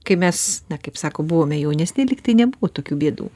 kai mes na kaip sako buvome jaunesni lygtai nebuvo tokių bėdų